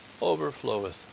overfloweth